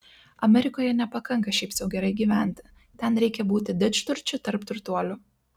amerikoje nepakanka šiaip sau gerai gyventi ten reikia būti didžturčiu tarp turtuolių